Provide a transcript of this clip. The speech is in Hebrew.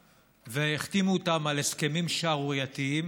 והחתימו אותם על הסכמים שערורייתיים,